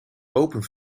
open